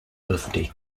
birthday